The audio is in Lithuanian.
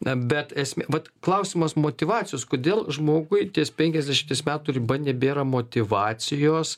na bet esmė vat klausimas motyvacijos kodėl žmogui ties penkiasdešimties metų riba nebėra motyvacijos